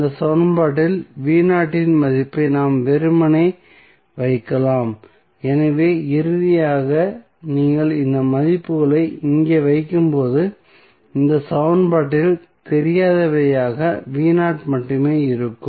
இந்த சமன்பாட்டில் இன் மதிப்பை நாம் வெறுமனே வைக்கலாம் எனவே இறுதியாக நீங்கள் இந்த மதிப்புகளை இங்கே வைக்கும்போது இந்த சமன்பாட்டில் தெரியாதவையாக மட்டுமே இருக்கும்